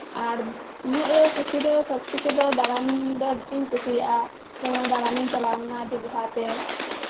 ᱟᱨ ᱤᱧᱟᱹᱜ ᱠᱩᱥᱤ ᱫᱚ ᱥᱚᱵ ᱛᱷᱮᱠᱮ ᱫᱚ ᱫᱟᱬᱟᱱ ᱫᱚ ᱟᱹᱰᱤ ᱟᱸᱴᱤᱧ ᱠᱩᱥᱤᱭᱟᱜᱼᱟ ᱤᱧ ᱦᱚᱸ ᱫᱟᱬᱟᱟᱱᱤᱧ ᱪᱟᱞᱟᱣ ᱞᱮᱱᱟ ᱫᱜᱷᱟ ᱛᱮ